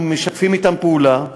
אנחנו משתפים אתם פעולה.